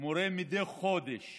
מורה מדי חודש